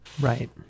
Right